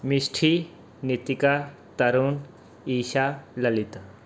Mishti Nitika Tarun Isa Lalit